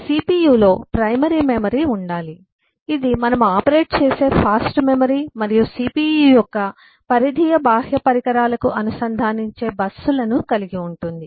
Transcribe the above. CPU లో primary memory ఉండాలి ఇది మనము ఆపరేట్ చేసే ఫాస్ట్ మెమరీ మరియు CPU యొక్క పరిధీయ బాహ్య పరికరాలకు అనుసంధానించే బస్సులను కలిగి ఉంటుంది